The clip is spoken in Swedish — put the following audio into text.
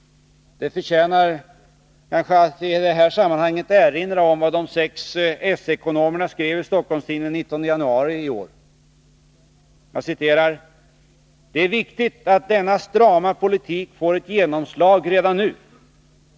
Det förtjänar kanske att i detta sammanhang erinra om vad de sex s-ekonomerna skrev i Stockholms Tidningen den 19 januari i år: ”Det är viktigt att denna strama politik får ett genomslag redan nu.